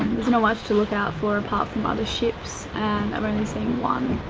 you know much to look out for apart from other ships and i've only seen one,